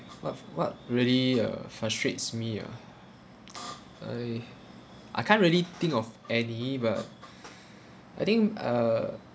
what what really uh frustrates me ah I I can't really think of any but I think uh